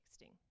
texting